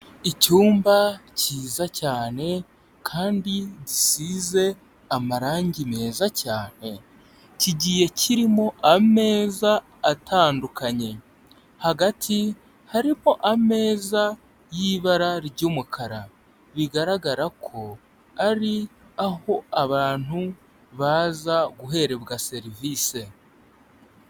Icyumba cyiza cyane kandi gisize amarangi meza cyane, kigiye kirimo ameza atandukanye, hagati hari ameza y'ibara ry'umukara, bigaragara ko ari aho abantu baza guherebwa serivisi.